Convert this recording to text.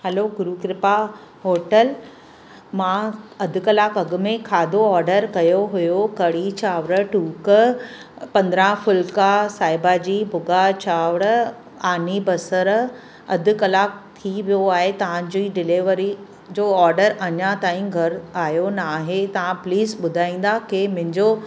hello Guru Kripa hotel मां अधु कलाकु अॻु में खाधो ऑडर कयो हुयो कढ़ी चांवर टूक पंद्रहं फुल्का साई भाॼी भुॻा चांवर आमी बसरु अधु कलाकु थी वियो आहे तव्हां जी डिलीवरी जो ऑडर अञां ताईं घरु आयो न आहे तव्हां प्लीज़ ॿुधाईंदा की मुंहिंजो